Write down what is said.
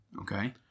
Okay